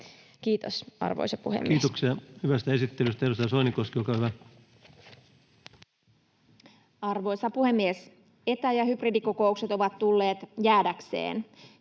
Kiitos, arvoisa puhemies. Kiitoksia hyvästä esittelystä. — Edustaja Soinikoski, olkaa hyvä. Arvoisa puhemies! Etä- ja hybridikokoukset ovat tulleet jäädäkseen.